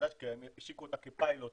השיקו אותה כפיילוט